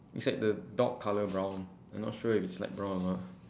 it's like the dog colour brown I'm not sure if it's light brown or not